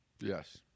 Yes